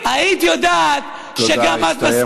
אם היית מקשיבה לדבריי, היית יודעת שגם את מסכימה.